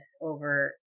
over